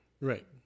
Right